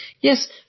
Yes